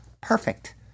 perfect